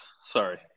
Sorry